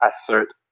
assert